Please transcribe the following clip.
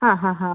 ആ ഹാ ഹ